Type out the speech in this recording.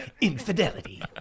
infidelity